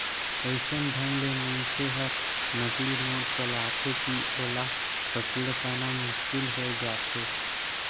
अइसन ढंग ले मइनसे हर नकली नोट चलाथे कि ओला पकेड़ पाना मुसकिल होए जाथे